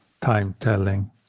time-telling